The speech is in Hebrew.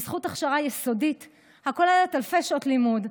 בזכות הכשרה יסודית הכוללת אלפי שעות לימוד,